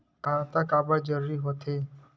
खाता काबर जरूरी हो थे?